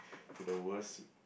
to the worst